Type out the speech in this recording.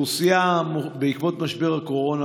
בעקבות משבר הקורונה,